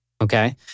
Okay